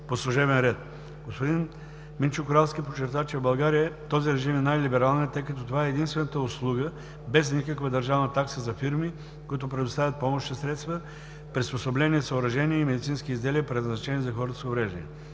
по служебен ред. Господин Минчо Коралски подчерта, че в България този режим е най-либералният, тъй като това е единствената услуга без никаква държавна такса за фирми, които предоставят помощни средства, приспособления и съоръжения и медицински изделия, предназначени за хора с увреждания.